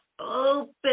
Open